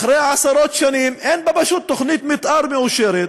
אחרי עשרות שנים, אין בה פשוט תוכנית מתאר מאושרת,